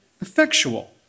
effectual